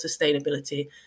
sustainability